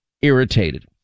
irritated